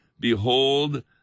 Behold